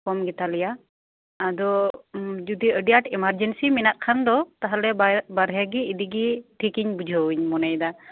ᱠᱚᱢ ᱜᱮᱛᱟ ᱞᱮᱭᱟ ᱟᱫᱚ ᱡᱩᱫᱤ ᱟᱹᱰᱤ ᱟᱴ ᱮᱢᱟᱨᱡᱮᱱᱥᱤ ᱢᱮᱱᱟᱜ ᱠᱷᱟᱱ ᱫᱚ ᱛᱟᱦᱚᱞᱮ ᱵᱟᱨᱦᱮ ᱜᱮ ᱤᱫᱤᱜᱮ ᱴᱷᱤᱠᱤᱧ ᱵᱩᱡᱷᱟᱹᱣᱟ ᱤᱧ ᱢᱚᱱᱮᱭᱮᱫᱟ